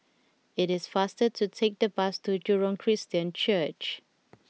it is faster to take the bus to Jurong Christian Church